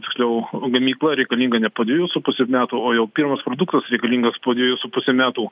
tiksliau gamykla reikalinga ne po dviejų su puse metų o jau pirmas produktas reikalingas po dviejų su puse metų